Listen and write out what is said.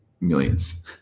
millions